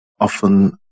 often